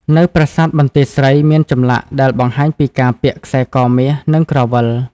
នៅប្រាសាទបន្ទាយស្រីមានចម្លាក់ដែលបង្ហាញពីការពាក់ខ្សែកមាស និងក្រវិល។